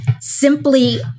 simply